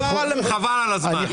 חבל על הזמן.